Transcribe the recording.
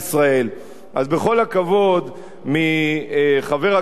אז בכל הכבוד לחבר הכנסת מופז,